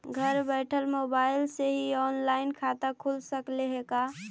घर बैठल मोबाईल से ही औनलाइन खाता खुल सकले हे का?